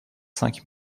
cinq